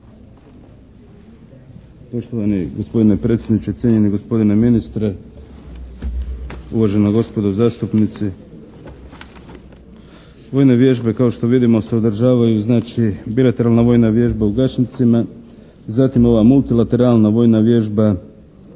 Poštovani gospodine predsjedniče, cijenjeni gospodine ministre, uvažena gospodo zastupnici. Vojne vježbe kao što vidimo se održavaju znači bilateralna vojna vježba u Gašincima. Zatim ova multilateralna vojna vježba